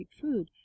food